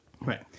right